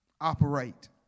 operate